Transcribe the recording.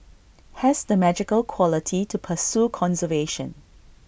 has the magical quality to pursue conservation